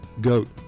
goat